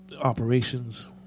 operations